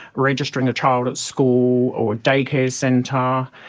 registering a child at school or a day-care centre,